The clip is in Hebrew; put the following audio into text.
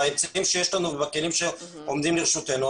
בכלים שעומדים לרשותנו,